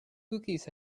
cookies